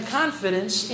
confidence